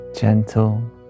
gentle